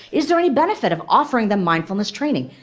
is there any benefit of offering them mindfulness training?